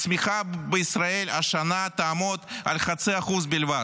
הצמיחה בישראל השנה תעמוד על 0.5% בלבד.